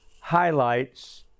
highlights